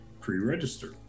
pre-register